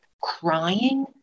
crying